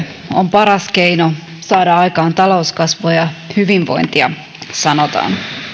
on paras keino saada aikaan talouskasvua ja hyvinvointia sanotaan